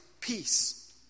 peace